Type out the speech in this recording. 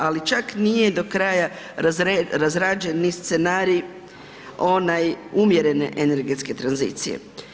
Ali čak nije do kraja razrađen ni scenarij onaj umjerene energetske tranzicije.